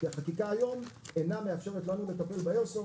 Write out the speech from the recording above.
כי החקיקה היום אינה מאפשרת לנו לטפל באיירסופט,